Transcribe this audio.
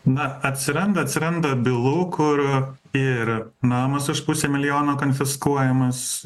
na atsiranda atsiranda bylų kur ir namas už pusę milijono konfiskuojamas